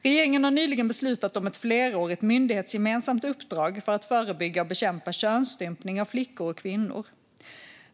Regeringen har nyligen beslutat om ett flerårigt myndighetsgemensamt uppdrag för att förebygga och bekämpa könsstympning av flickor och kvinnor.